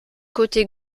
côté